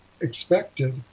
expected